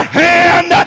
hand